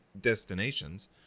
destinations